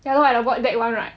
ya lor at the void deck [one] right